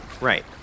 Right